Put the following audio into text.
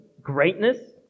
greatness